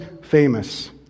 famous